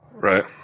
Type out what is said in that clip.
Right